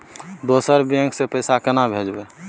दोसर बैंक पैसा केना भेजबै?